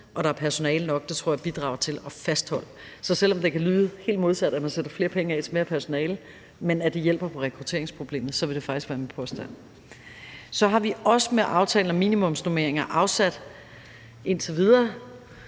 at der er personale nok, bidrager til at fastholde. Så selv om det kan lyde helt modsat, at det at sætte flere penge af til mere personale skulle hjælpe på rekrutteringsproblemet, så vil det faktisk være min påstand. Så har vi også med aftalen om minimumsnormeringer afsat indtil videre